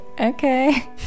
okay